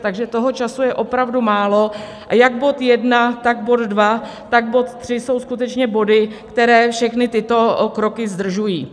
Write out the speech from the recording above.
Takže toho času je opravdu málo a jak bod jedna, tak bod dva, tak bod tři jsou skutečně body, které všechny tyto kroky zdržují.